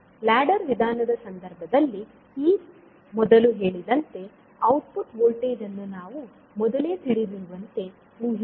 ladder ವಿಧಾನದ ಸಂದರ್ಭದಲ್ಲಿ ಈ ಮೊದಲು ಹೇಳಿದಂತೆ ಔಟ್ಪುಟ್ ವೋಲ್ಟೇಜ್ ಅನ್ನು ನಾವು ಮೊದಲೇ ತಿಳಿದಿರುವಂತೆ ಊಹಿಸುತ್ತೇವೆ